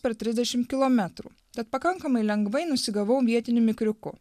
per trisdešim kilometrų bet pakankamai lengvai nusigavau vietiniu mikriuku